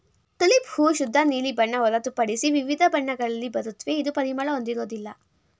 tulip ಹೂ ಶುದ್ಧ ನೀಲಿ ಬಣ್ಣ ಹೊರತುಪಡಿಸಿ ವಿವಿಧ ಬಣ್ಣಗಳಲ್ಲಿ ಬರುತ್ವೆ ಇದು ಪರಿಮಳ ಹೊಂದಿರೋದಿಲ್ಲ